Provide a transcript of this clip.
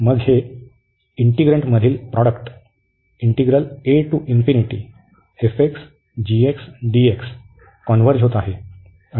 मग हे इंटिग्रन्टमधील प्रॉडक्ट कॉन्व्हर्ज होत आहे